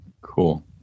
Cool